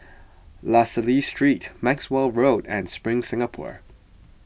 La Salle Street Maxwell Road and Spring Singapore